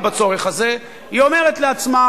היא אומרת לעצמה: